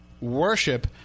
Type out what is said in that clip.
worship